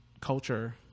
culture